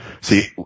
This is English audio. See